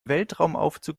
weltraumaufzug